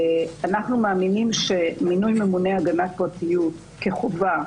אנו מאמינים שמינוי ממונה הגנת פרטיות כחובה,